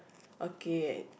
okay